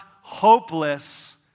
hopeless